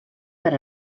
per